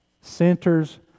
Centers